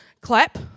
clap